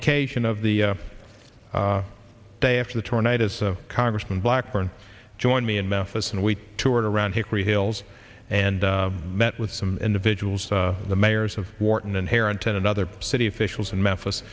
occasion of the day after the tornadoes congressman blackburn joined me in memphis and we toured around hickory hills and i met with some individuals the mayors of wharton inherent in another city officials in memphis